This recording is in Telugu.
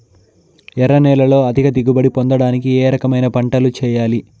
ఎర్ర నేలలో అధిక దిగుబడి పొందడానికి ఏ రకమైన పంటలు చేయాలి?